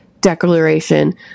declaration